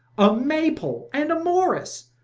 a aftfy-pole and a morris,